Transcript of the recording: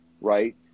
right